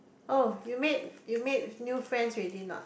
oh you made you made new friends already or not